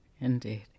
Indeed